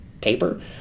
paper